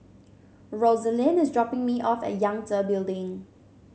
Rosalind is dropping me off at Yangtze Building